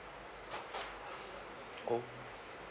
oh